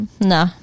No